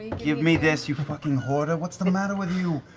give me this, you fucking hoarder. what's the the matter with you?